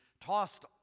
tossed